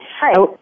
Hi